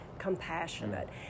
compassionate